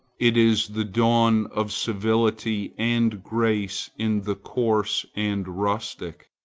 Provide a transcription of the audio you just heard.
it is the dawn of civility and grace in the coarse and rustic.